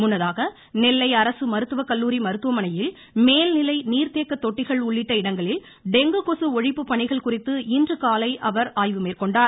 முன்னதாக நெல்லை அரசு மருத்துவக்கல்லூரி மருத்துவமனையில் மேல்நிலை நீர்த்தேக்க தொட்டிகள் உள்ளிட்ட இடங்களில் டெங்கு கொசு ஒழிப்பு பணிகள் குறித்து இன்றுகாலை அவர் ஆய்வு மேற்கொண்டார்